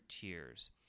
tiers